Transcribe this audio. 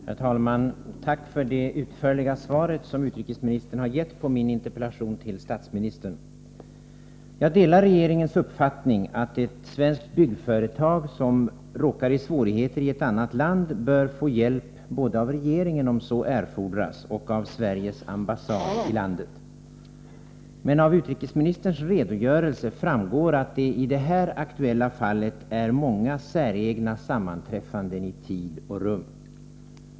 Herr talman! Tack för det utförliga svaret, som utrikesministern har gett på min interpellation till statsministern. Jag delar regeringens uppfattning att ett svenskt byggföretag som råkar i svårigheter i ett annat land bör få hjälp både av regeringen och, om så erfordras, av Sveriges ambassad i landet. Av utrikesministerns redogörelse framgår emellertid att det i det här aktuella fallet är fråga om många säregna sammanträffanden i tid och rum.